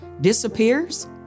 disappears